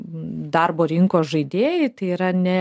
darbo rinkos žaidėjai tai yra ne